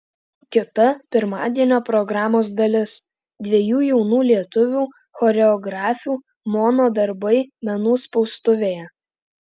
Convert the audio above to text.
kita pirmadienio programos dalis dviejų jaunų lietuvių choreografių mono darbai menų spaustuvėje